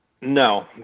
No